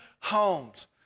homes